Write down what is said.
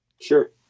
Sure